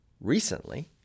recently